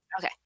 Okay